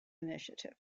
initiative